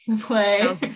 play